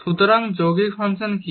সুতরাং যৌগিক ফাংশন কি